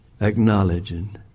acknowledging